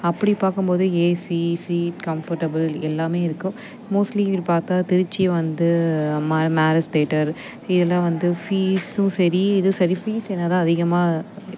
அப்படி பார்க்கும்போது AC seat comfortable எல்லாம் இருக்கும் மோஸ்ட்லி இங்குட்டு பார்த்தா திருச்சி வந்து மேரிஸ் தேட்டர் இதெல்லாம் வந்து ஃபீஸ்ஸும் சரி இது சரி ஃபீஸ் என்னதான் அதிகமாக ஓகே